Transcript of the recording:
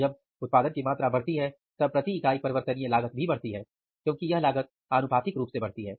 जब उत्पादन की मात्रा बढ़ती है तब प्रति इकाई परिवर्तनीय लागत भी बढ़ती है क्योंकि यह लागत आनुपातिक रूप से बढ़ती है